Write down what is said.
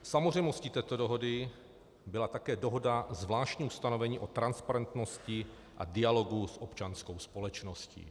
Samozřejmostí této dohody byla také dohoda, zvláštní ustanovení o transparentnosti a dialogu s občanskou společností.